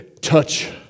Touch